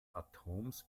atoms